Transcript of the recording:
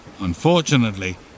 Unfortunately